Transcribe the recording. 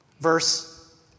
Verse